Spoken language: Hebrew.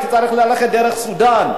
הייתי צריך ללכת דרך סודן,